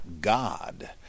God